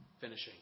finishing